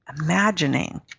imagining